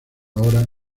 hora